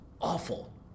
awful